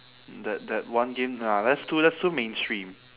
that that one game ah that's too that's too mainstream